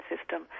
system